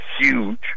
huge